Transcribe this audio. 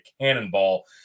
cannonball